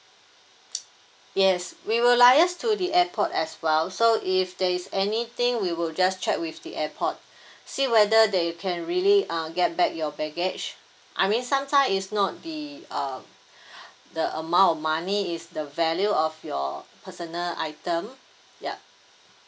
yes we will liaise to the airport as well so if there is anything we will just check with the airport see whether they can really uh get back your baggage I mean sometime it's not the uh the amount of money it's the value of your personal item yup